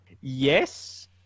Yes